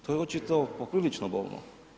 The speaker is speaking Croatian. To je očito poprilično bolno.